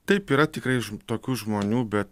taip yra tikrai tokių žmonių bet